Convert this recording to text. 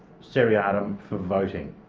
seriatim um for voting.